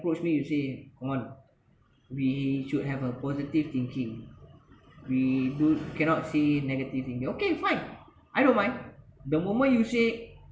approach me you say onn we should have a positive thinking we do cannot say negative thing okay fine I don't mind the moment you say